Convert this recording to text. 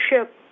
ship